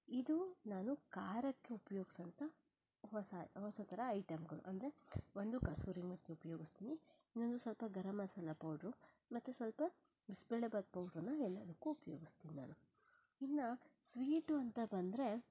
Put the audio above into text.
ಇದು ನಾನು ಖಾರಕ್ಕೆ ಉಪಯೋಗಿಸುವಂಥ ಹೊಸ ಹೊಸ ಥರ ಐಟಂಗಳು ಅಂದರೆ ಒಂದು ಕಸೂರಿ ಮೇಥಿ ಉಪಯೋಗಿಸ್ತೀನಿ ಇನ್ನೊಂದು ಸ್ವಲ್ಪ ಗರಂ ಮಸಾಲ ಪೌಡ್ರು ಮತ್ತೆ ಸ್ವಲ್ಪ ಬಿಸಿಬೇಳೆ ಬಾತ್ ಪೌಡ್ರನ್ನು ಎಲ್ಲದಕ್ಕೂ ಉಪಯೋಗಿಸ್ತೀನಿ ನಾನು ಇನ್ನು ಸ್ವೀಟು ಅಂತ ಬಂದರೆ